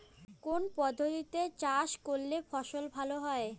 কোন পদ্ধতিতে চাষ করলে ফসল ভালো হয়?